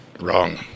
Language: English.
wrong